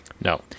No